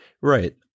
Right